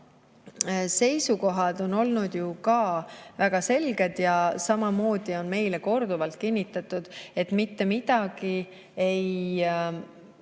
USA seisukohad on olnud väga selged. Samamoodi on meile korduvalt kinnitatud, et mitte midagi ei